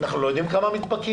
אנחנו לא יודעים כמה נדבקים,